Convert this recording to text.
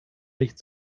nicht